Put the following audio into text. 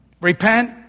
repent